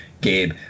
Gabe